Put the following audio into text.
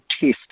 test